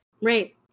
Right